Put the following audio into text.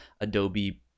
Adobe